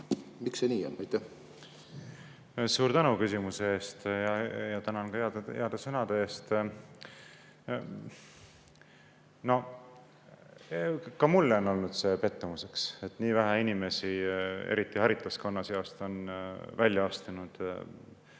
Miks see nii on? Suur tänu küsimuse eest! Tänan ka heade sõnade eest. Ka mulle on olnud see pettumuseks, et nii vähe inimesi, eriti haritlaskonna seast, on välja astunud nende